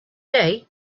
day